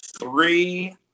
Three